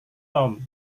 tom